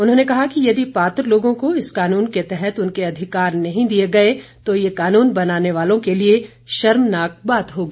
उन्होंने कहा कि यदि पात्र लोगों को इस कानून के तहत उनके अधिकार नहीं दिए गए तो ये कानून बनाने वालों के लिए शर्मनाक बात होगी